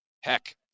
heck